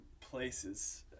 places